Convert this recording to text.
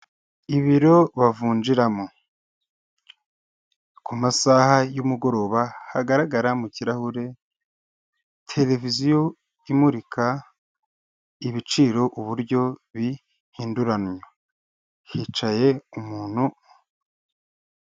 Ibiro bavunjiramo ku masaha y'umugoroba hagaragara mu kirahure televiziyo imurika ibiciro uburyo bihinduranwa hicaye umuntu.